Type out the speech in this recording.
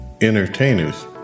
Entertainers